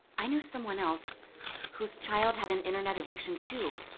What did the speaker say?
i knew someone else whose child had an internet addiction, too,